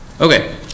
Okay